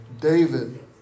David